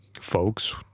folks